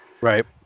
Right